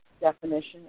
definition